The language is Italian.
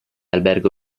albergo